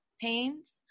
pains